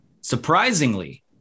surprisingly